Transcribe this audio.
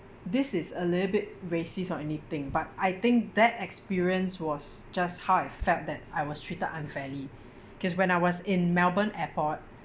this is a little bit racist or anything but I think that experience was just how I felt that I was treated unfairly cause when I was in melbourne airport